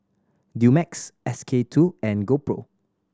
Dumex S K Two and GoPro